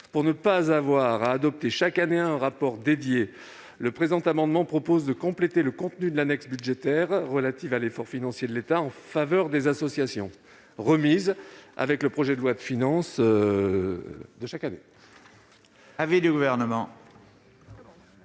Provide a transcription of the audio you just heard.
pour ne pas avoir à adopter chaque année un rapport dédié, le présent amendement vise à compléter le contenu de l'annexe budgétaire relative à l'effort financier de l'État en faveur des associations, remise avec le projet de loi de finances de chaque année.